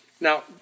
Now